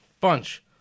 bunch